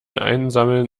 einsammeln